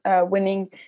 winning